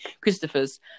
Christopher's